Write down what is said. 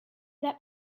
that